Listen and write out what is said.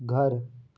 घर